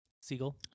Siegel